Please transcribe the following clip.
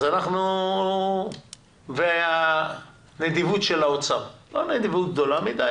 אז אנחנו והנדיבות של האוצר - לא נדיבות גדולה מדיי,